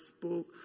spoke